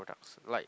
like